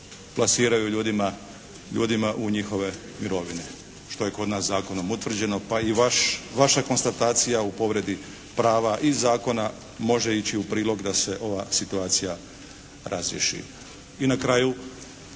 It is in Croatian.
plasiraju ljudima u njihove mirovine što je kod nas zakonom utvrđeno pa i vaš, vaša konstatacija u povredi prava i zakona može ići u prilog da se ova situacija razriješi.